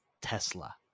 Tesla